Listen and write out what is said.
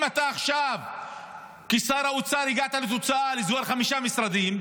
אם עכשיו כשר האוצר הגעת לתוצאה של סגירת חמישה משרדים,